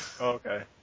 Okay